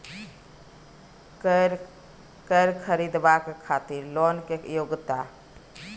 कैर खरीदवाक खातिर लोन के योग्यता?